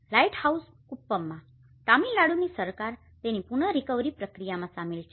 lighthouse કુપ્પમમાં તમિલનાડુની સરકાર તેની પુન રીકવરી પ્રક્રિયામાં સામેલ છે